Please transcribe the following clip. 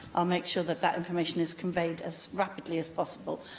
i'll make sure that that information is conveyed as rapidly as possible.